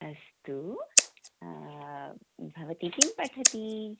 अस्तु भवती किं पठति